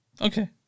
Okay